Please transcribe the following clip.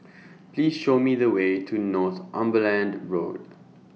Please Show Me The Way to Northumberland Road